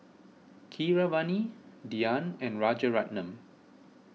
Keeravani Dhyan and Rajaratnam